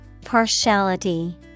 Partiality